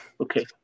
okay